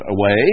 away